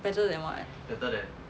better than what